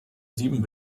sieben